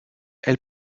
elle